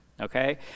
Okay